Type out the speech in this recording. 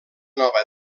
nova